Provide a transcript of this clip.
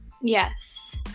Yes